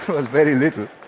was very little.